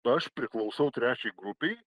aš priklausau trečiai grupei